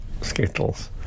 Skittles